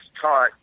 taught